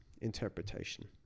interpretation